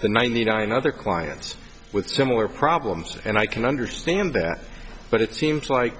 the ninety nine other clients with similar problems and i can understand that but it seems like